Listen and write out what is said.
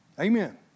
Amen